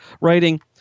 writing